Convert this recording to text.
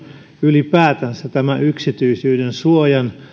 ylipäätänsä tämä yksityisyyden suojan